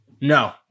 No